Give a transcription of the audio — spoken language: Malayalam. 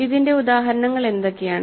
ഇതിന്റെ ഉദാഹരണങ്ങൾ എന്തൊക്കെയാണ്